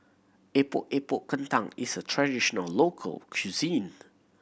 Epok Epok Kentang is a traditional local cuisine